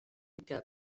cap